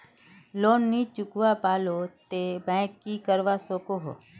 Loan नी चुकवा पालो ते बैंक की करवा सकोहो?